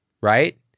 Right